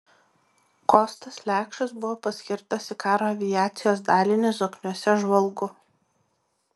kostas lekšas buvo paskirtas į karo aviacijos dalinį zokniuose žvalgu